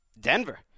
Denver